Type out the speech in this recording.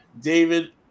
david